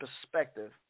perspective